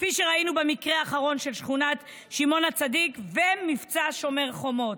כפי שראינו במקרה האחרון של שכונת שמעון הצדיק ובמבצע שומר החומות.